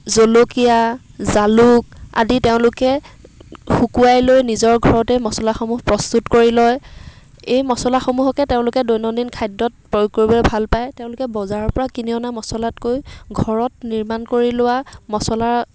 জলকীয়া জালুক আদি তেওঁলোকে শুকুৱাই লৈ নিজৰ ঘৰতেই মচলাসমূহ প্ৰস্তুত কৰি লয় এই মচলাসমূহকে তেওঁলোকে দৈনন্দিন খাদ্যত প্ৰয়োগ কৰিব ভাল পায় তেওঁলোকে বজাৰৰ পৰা কিনি অনা মচলাতকৈ ঘৰত নিৰ্মাণ কৰি লোৱা মচলা